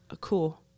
cool